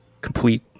complete